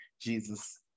jesus